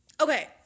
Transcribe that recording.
Okay